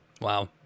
Wow